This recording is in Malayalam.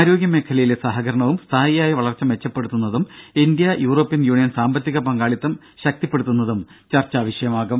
ആരോഗ്യ മേഖലയിലെ സഹകരണവും സ്ഥായിയായ വളർച്ച മെച്ചപ്പെടുത്തുന്നതും ഇന്ത്യ യൂറോപ്യൻ യൂണിയൻ സാമ്പത്തിക പങ്കാളിത്തം ശക്തിപ്പെടുത്തുന്നതും ചർച്ചാ വിഷയമാകും